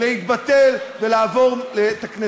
להתבטל ולעבור בכנסת.